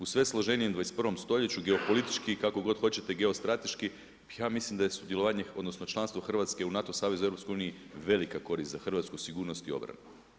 U sve složenijem 21. stoljeću geopolitički, kako god hoćete, geostrateški ja mislim da je sudjelovanje, odnosno članstvo hrvatske u NATO savezu u EU velika korist za Hrvatsku sigurnost i obranu.